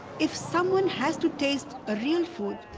if someone has to taste ah real food,